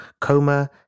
Coma